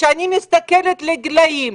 כשאני מסתכלת על גילאים,